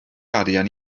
arian